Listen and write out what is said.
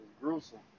gruesome